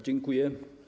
Dziękuję.